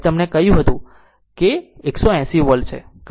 મેં તમને કહ્યું કે તે 180 વોલ્ટ છે